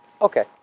okay